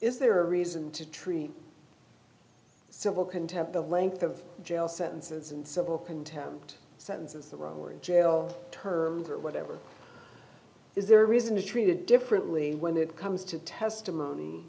is there a reason to treat civil contempt of length of jail sentences and civil contempt sentences or in jail term or whatever is there a reason to treat it differently when it comes to testimony